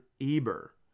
Eber